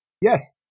yes